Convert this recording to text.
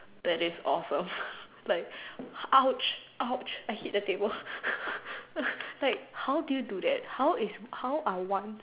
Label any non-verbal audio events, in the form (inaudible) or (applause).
that is awesome like !ouch! !ouch! I hit the table (laughs) like how do you do that how is how I want